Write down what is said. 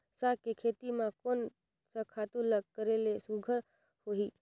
साग के खेती म कोन स खातु ल करेले सुघ्घर होही?